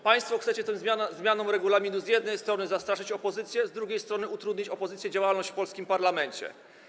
Państwo chcecie tą zmianą regulaminu z jednej strony zastraszyć opozycję, z drugiej strony utrudnić jej działalność w polskim parlamencie.